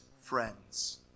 friends